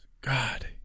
God